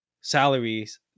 salaries